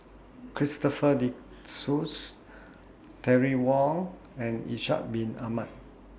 Christopher De Souza Terry Wong and Ishak Bin Ahmad